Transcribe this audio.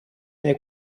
nei